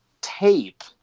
tape